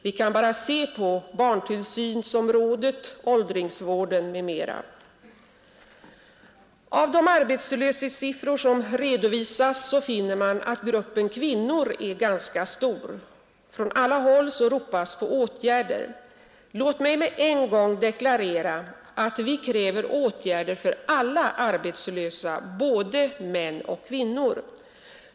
Vi kan bara se på barntillsynsområdet, åldringsvården m,. m. Av de arbetslöshetssiffror som redovisas finner man att gruppen kvinnor är ganska stor. Från alla håll ropas på åtgärder. Låt mig med en gång deklarera att vi kräver åtgärder för alla arbetslösa — både män och kvinnor.